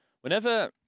whenever